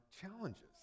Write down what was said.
challenges